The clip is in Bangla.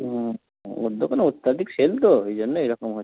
হুম ওর দোকানে অত্যাধিক সেল তো ওই জন্য এই রকম হচ্ছে